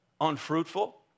unfruitful